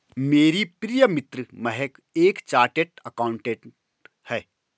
मेरी प्रिय मित्र महक एक चार्टर्ड अकाउंटेंट है